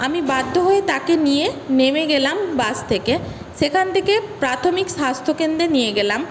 আমি বাধ্য হয়ে তাঁকে নিয়ে নেমে গেলাম বাস থেকে সেখান থেকে প্রাথমিক স্বাস্থ্যকেন্দ্রে নিয়ে গেলাম